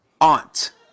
Aunt